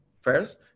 first